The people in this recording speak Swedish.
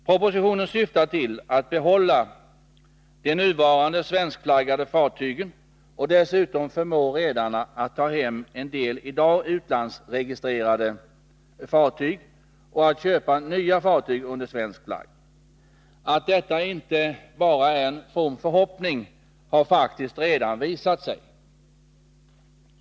Propositionen syftar till att behålla de nuvarande svenskflaggade fartygen och dessutom förmå redarna att ta hem en del i dag utlandsregistrerade fartyg och att köpa nya fartyg under svensk flagg. Att detta inte bara är en from förhoppning har faktiskt redan visat sig.